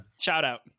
Shout-out